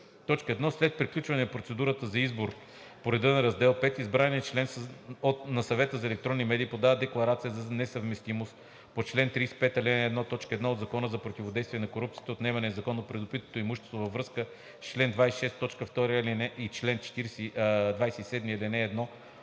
1. След приключване на процедурата за избор по реда на раздел V избраният член на Съвета за електронни медии подава декларация за несъвместимост по чл. 35, ал. 1, т. 1 от Закона за противодействие на корупцията и за отнемане на незаконно придобитото имущество във връзка с чл. 26, т. 2 и чл. 27, ал.